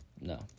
no